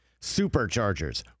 Superchargers